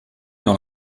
dans